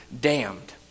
damned